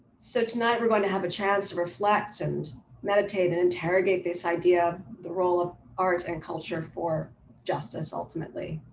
so tonight we're gonna have a chance to reflect and meditate and interrogate this idea, the role of art and culture for justice ultimately.